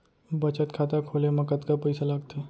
बचत खाता खोले मा कतका पइसा लागथे?